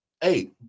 Hey